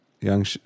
young